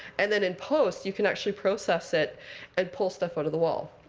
and then in post, you can actually process it and pull stuff out of the wall.